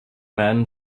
man